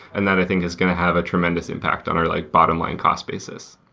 and that i think is going to have a tremendous impact on our like bottom-line cost basis.